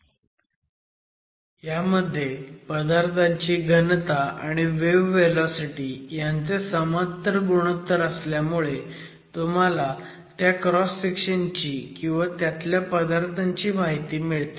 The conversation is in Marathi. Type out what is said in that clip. ह्यामध्ये पदार्थाची घनता आणि वेव्ह व्हेलॉसिटी ह्यांचे समांतर गुणोत्तर असल्यामुळे तुम्हाला त्या क्रॉस सेक्शनची किंवा त्यातल्या पदार्थांची माहिती मिळते